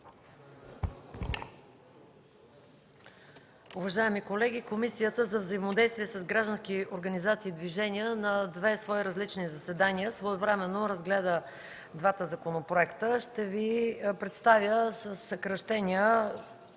Уважаеми колеги, Комисията за взаимодействие с граждански организации и движения на две свои различни заседания своевременно разгледа двата законопроекта. Ще Ви представя със съкращения,